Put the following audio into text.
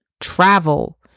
travel